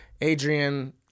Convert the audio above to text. Adrian